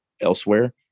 elsewhere